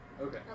Okay